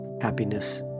happiness